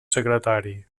secretari